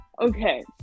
Okay